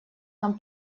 нам